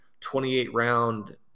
28-round